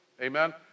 Amen